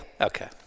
Okay